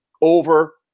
over